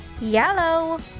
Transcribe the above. yellow